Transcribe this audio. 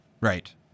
Right